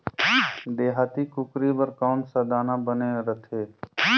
देहाती कुकरी बर कौन सा दाना बने रथे?